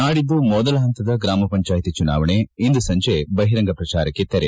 ನಾಡಿದ್ದು ಮೊದಲ ಹಂತದ ಗ್ರಾಮ ಪಂಚಾಯಿತಿ ಚುನಾವಣೆ ಇಂದು ಸಂಜೆ ಬಹಿರಂಗ ಪ್ರಚಾರಕ್ಕೆ ತೆರೆ